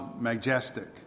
majestic